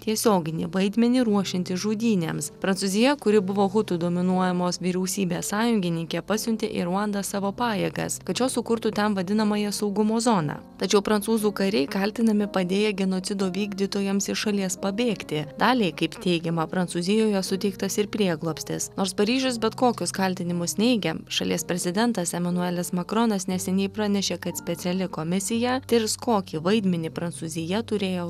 tiesioginį vaidmenį ruošiantis žudynėms prancūzija kuri buvo hutų dominuojamos vyriausybės sąjungininkė pasiuntė į ruandą savo pajėgas kad šios sukurtų ten vadinamąją saugumo zoną tačiau prancūzų kariai kaltinami padėję genocido vykdytojams iš šalies pabėgti daliai kaip teigiama prancūzijoje suteiktas ir prieglobstis nors paryžius bet kokius kaltinimus neigia šalies prezidentas emanuelis makronas neseniai pranešė kad speciali komisija tirs kokį vaidmenį prancūzija turėjo